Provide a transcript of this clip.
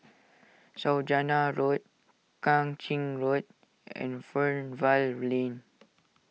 Saujana Road Kang Ching Road and Fernvale Lane